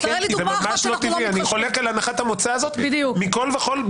אני חולק על הנחת המוצא הזאת מכל וכל,